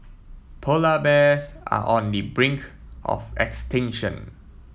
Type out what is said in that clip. polar bears are on the brink of extinction